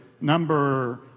number